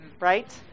right